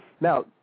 Now